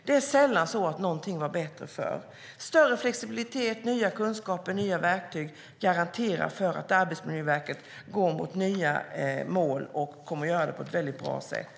Det är sällan det var bättre förr. Större flexibilitet, ny kunskap och nya verktyg garanterar att Arbetsmiljöverket går mot nya mål, och de kommer att göra det på ett bra sätt.